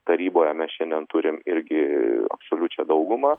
taryboje mes šiandien turim irgi absoliučią daugumą